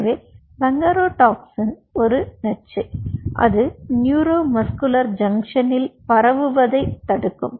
எனவே பங்கரோடாக்சின் ஒரு நச்சு இது நியூரோ மஸ்குலர் ஜங்ஷன் ல் பரவுவதைத் தடுக்கும்